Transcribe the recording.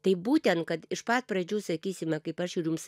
tai būtent kad iš pat pradžių sakysime kaip aš ir jums